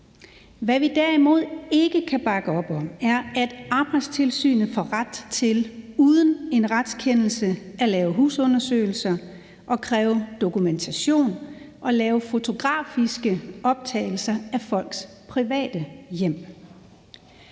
Hvad vi derimod ikke kan bakke op om, er, at Arbejdstilsynet får ret til uden en retskendelse at lave husundersøgelser, kræve dokumentation og lave fotografiske optagelser af folks private hjem.